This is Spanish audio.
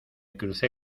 crucé